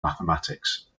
mathematics